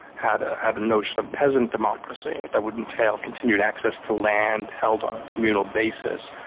had ah had a notion of peasant democracy that would entail continued access to land held on a communal basis.